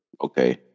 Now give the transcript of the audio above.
Okay